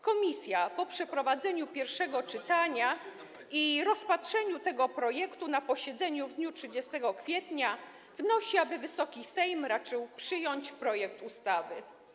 Komisja po przeprowadzeniu pierwszego czytania i rozpatrzeniu tego projektu na posiedzeniu w dniu 30 kwietnia wnosi, aby Wysoki Sejm raczył przyjąć projekt ustawy.